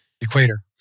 Equator